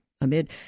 amid